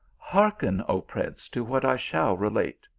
hearken, o prince, to what i shall relate.